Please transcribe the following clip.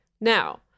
Now